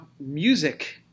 music –